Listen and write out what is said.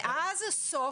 מאז סוף